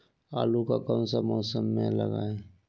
आलू को कौन सा मौसम में लगाए?